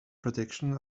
prediction